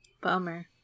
Bummer